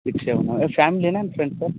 ಅವ್ರ ಫ್ಯಾಮ್ಲಿನ ಇಲ್ಲಾ ಫ್ರೆಂಡ್ಸಾ